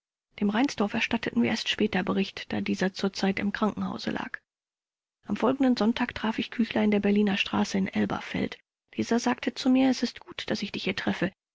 dem reinsdorf erstatteten wir erst später bericht da dieser zur zeit im krankenhause lag am folgenden sonntag traf ich küchler in der berliner straße in elberfeld dieser sagte zu mir es ist gut daß ich dich hier treffe